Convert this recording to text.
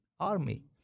army